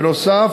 בנוסף,